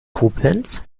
koblenz